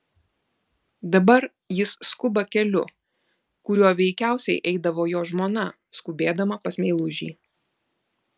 dabar jis skuba keliu kuriuo veikiausiai eidavo jo žmona skubėdama pas meilužį